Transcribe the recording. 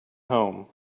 home